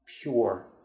pure